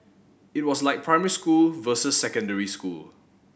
it was like primary school versus secondary school